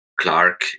Clark